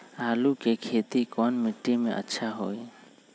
आलु के खेती कौन मिट्टी में अच्छा होइ?